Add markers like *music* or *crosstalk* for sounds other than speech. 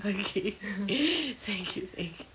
ookay *noise* thank you thank you